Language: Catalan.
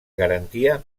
garantia